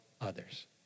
others